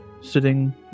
sitting